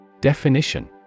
Definition